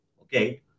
okay